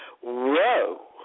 whoa